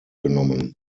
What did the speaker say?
genommen